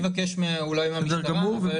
אבקש אולי מן המשטרה לפרט.